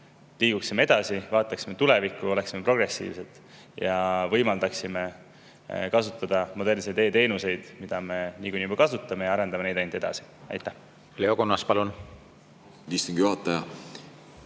liiguksime edasi, vaataksime tulevikku, oleksime progressiivsed ja võimaldaksime kasutada modernseid e‑teenuseid, mida me niikuinii juba kasutame, me arendame neid ainult edasi. Leo Kunnas, palun! Leo Kunnas,